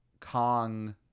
Kong